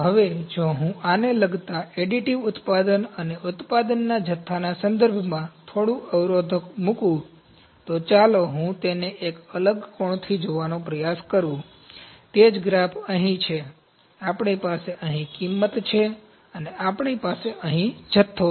હવે જો હું આને લગતા એડિટિવ ઉત્પાદન અને ઉત્પાદનના જથ્થાના સંદર્ભમાં થોડું અવરોધક મૂકું તો ચાલો હું તેને એક અલગ કોણથી જોવાનો પ્રયાસ કરું તે જ ગ્રાફ અહીં છે આપણી પાસે અહીં કિંમત છે અને આપણી પાસે અહીં જથ્થો છે